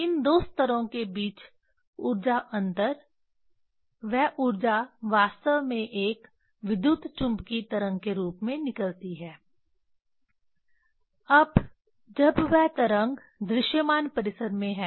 इन दो स्तरों के बीच ऊर्जा अंतर वह ऊर्जा वास्तव में एक विद्युतचुम्बकी तरंग के रूप में निकलती है अब जब वह तरंग दृश्यमान परिसर में है